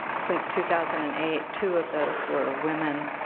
since two thousand and eight two of those were women.